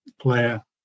player